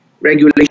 regulation